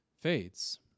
Fades